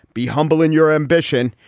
be humble in your ambition.